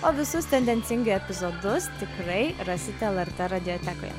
o visus tendencingai epizodus tikrai rasite lrt radiotekoje